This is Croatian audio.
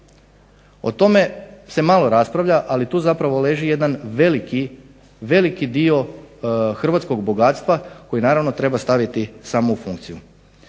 O tome se malo raspravlja ali tu zapravo leži jedan veliki dio hrvatskog bogatstva koji treba staviti u samu funkciju.